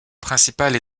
principale